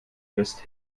frisst